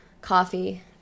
coffee